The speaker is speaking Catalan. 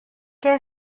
què